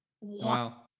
wow